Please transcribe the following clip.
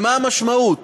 ומה המשמעות?